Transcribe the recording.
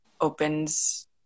opens